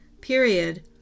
period